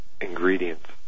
ingredients